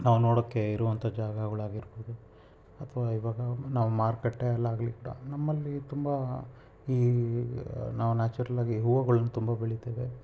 ನಾವು ನೋಡೋಕ್ಕೆ ಇರುವಂಥ ಜಾಗಗಳಾಗಿರ್ಬೋದು ಅಥವಾ ಇವಾಗ ನಾವು ಮಾರ್ಕಟ್ಟೆಯಲ್ಲಿ ಆಗಲಿ ಕೂಡ ನಮ್ಮಲ್ಲಿ ತುಂಬ ಈ ನಾವು ನ್ಯಾಚುರಲ್ ಆಗಿ ಹೂವುಗುಳನ್ನ ತುಂಬ ಬೆಳೀತೇವೆ